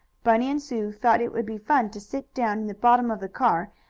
bunny and sue thought it would be fun to sit down in the bottom of the car,